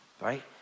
right